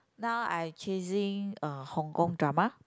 now I chasing uh Hong-Kong drama